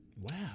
Wow